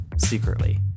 secretly